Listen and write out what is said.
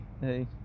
Hey